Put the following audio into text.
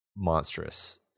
Monstrous